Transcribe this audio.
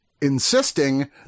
insisting